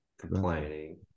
complaining